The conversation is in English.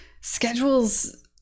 schedules